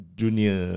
junior